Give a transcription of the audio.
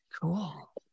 cool